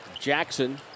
Jackson